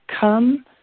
come